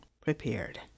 prepared